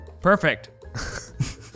Perfect